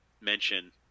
mention